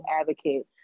advocate